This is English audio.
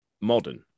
modern